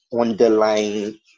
underlying